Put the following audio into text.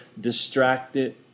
distracted